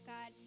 God